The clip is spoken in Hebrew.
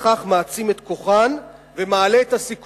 ובכך מעצים את כוחה ומעלה את הסיכון